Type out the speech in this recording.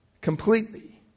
completely